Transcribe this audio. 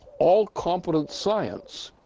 all competent science,